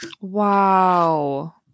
Wow